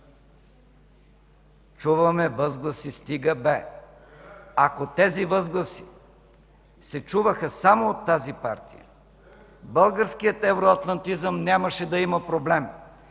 Чуваме възгласи „Стига бе”. Ако тези възгласи се чуваха само от тази партия, българският евроатлантизъм нямаше да има проблем.